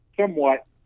somewhat